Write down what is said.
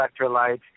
electrolytes